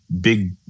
big